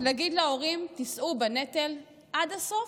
להגיד להורים: תישאו בנטל עד הסוף,